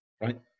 Right